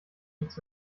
nichts